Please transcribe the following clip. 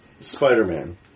Spider-Man